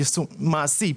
מעשי,